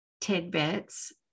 tidbits